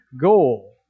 goal